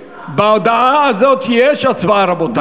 בהודעה הזאת יש הצבעה, רבותי.